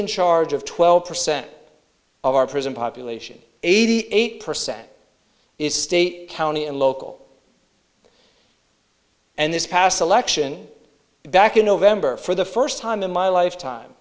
in charge of twelve percent of our prison population eighty eight percent is state county and local and this past election back in november for the first time in my lifetime